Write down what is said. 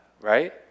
Right